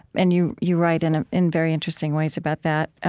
and you you write in ah in very interesting ways about that,